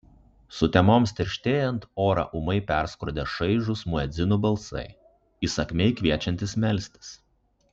sutemoms tirštėjant orą ūmai perskrodė šaižūs muedzinų balsai įsakmiai kviečiantys melstis